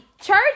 church